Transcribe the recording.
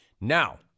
Now